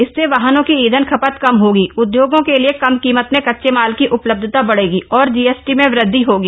इससे वाहनों की ईंधन खपत कम होगी उद्योगों के लिए कम कीमत में कच्चे माल की उपलब्धता बढ़ेगी और जीएसटी में वृद्धि होगी